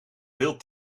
veel